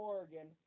Oregon